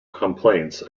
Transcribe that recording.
complaints